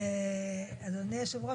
אדוני היושב-ראש.